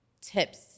tips